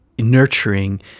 nurturing